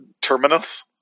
Terminus